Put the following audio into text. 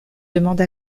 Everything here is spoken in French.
demande